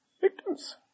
Victims